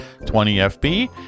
20FB